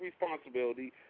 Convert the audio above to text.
responsibility